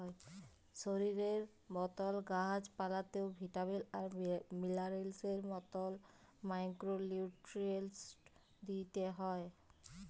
শরীরের মতল গাহাচ পালাতেও ভিটামিল আর মিলারেলসের মতল মাইক্রো লিউট্রিয়েল্টস দিইতে হ্যয়